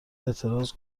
اعتراض